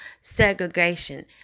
segregation